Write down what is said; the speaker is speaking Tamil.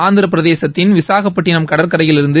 ஆந்திரப்பிரதேசத்தின் விசாகப்பட்டினம் கடற்கரையிலிருந்து